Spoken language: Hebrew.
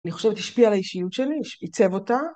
אני חושבת שהשפיע על האישיות שלי, עיצב אותה...